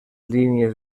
línies